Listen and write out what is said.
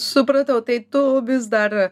supratau tai tu vis dar